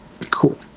cool